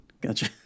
gotcha